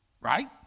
Right